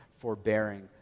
forbearing